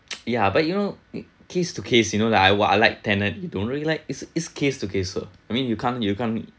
yeah but you know case to case you know lah I what I like tenant you don't really like is his case to case sir I mean you can't you can't